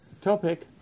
topic